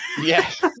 Yes